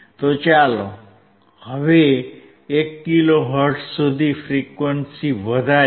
તો ચાલો હવે 1 કિલો હર્ટ્ઝ સુધી ફ્રીક્વંસી વધારીએ